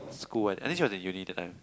school one I think she was in uni that time